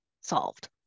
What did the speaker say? solved